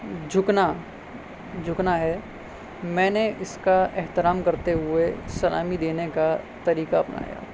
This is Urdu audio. جھکنا جھکنا ہے میں نے اس کا احترام کرتے ہوئے سلامی دینے کا طریقہ اپنایا